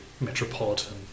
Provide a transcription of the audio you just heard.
metropolitan